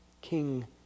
King